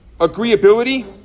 agreeability